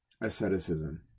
Asceticism